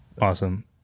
Awesome